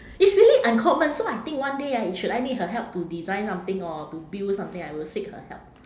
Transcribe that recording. it's really uncommon so I think one day ah if should I need her help to design something or to build something I will seek her help